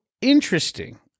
interesting